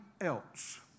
else